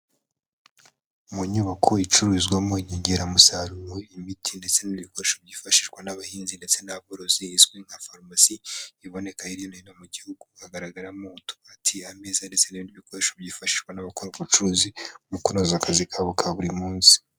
Mu nyubako icururizwamo inyongeramusaruro, imiti, ndetse n'ibikoresho byifashishwa n'abahinzi ndetse n'aborozi izwi nka farumasi, iboneka hirya no hino mu gihugu. Hagaragaramo utubati, ameza ndetse n'ibindi bikoresho byifashishwa n'abakora ubwo bucuruzi, mu kunoza akazi kabo ka buri munsi.